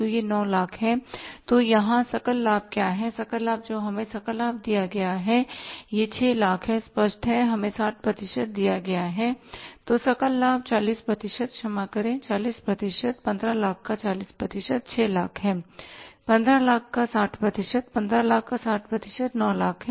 तो यह 900000 है तो यहाँ सकल लाभ क्या है सकल लाभ जो हमें सकल लाभ दिया गया है वह 600000 है स्पष्ट है हमें 60 प्रतिशत दिया गया है तो सकल लाभ 40 प्रतिशत क्षमा करें 40 प्रतिशत 1500000 का 40 प्रतिशत 600000 है 1500000 का 60 प्रतिशत 1500000 का 60 प्रतिशत 900000 है